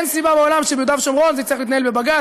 אין סיבה בעולם שביהודה ושומרון זה יצטרך להתנהל בבג"ץ,